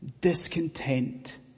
discontent